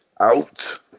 Out